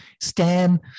Stan